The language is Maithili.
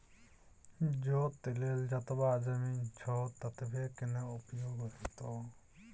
जोत लेल जतबा जमीन छौ ततबेक न उपयोग हेतौ